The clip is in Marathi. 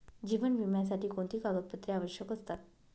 जीवन विम्यासाठी कोणती कागदपत्रे आवश्यक असतात?